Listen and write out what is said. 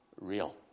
real